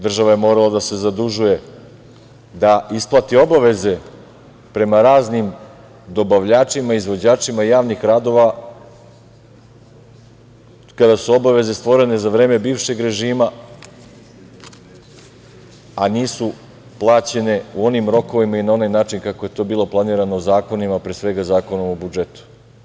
Država je morala da se zadužuje da isplati obaveze prema raznim dobavljačima i izvođačima javnih radova kada su obaveze stvorene za vreme bivšeg režima, a nisu plaćene u onim rokovima i na onaj način kako je to bilo planirano zakonima, pre svega Zakonom o budžetu.